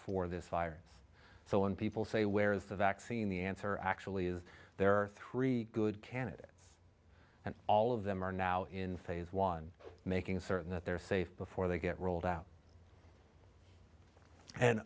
for this virus so when people say where is the vaccine the answer actually is there are three good candidates and all of them are now in phase one making certain that they're safe before they get rolled out and